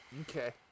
Okay